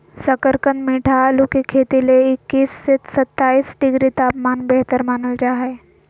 शकरकंद मीठा आलू के खेती ले इक्कीस से सत्ताईस डिग्री तापमान बेहतर मानल जा हय